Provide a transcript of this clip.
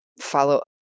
follow